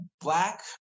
black